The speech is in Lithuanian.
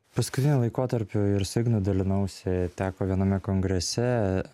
paskutiniu laikotarpiu ir su ignu dalinausi teko viename kongrese